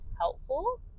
helpful